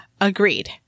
agreed